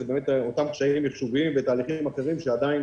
אלה אותם קשיים מחשוביים ותהליכים אחרים שעדיין לא הבשילו.